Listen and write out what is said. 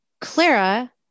Clara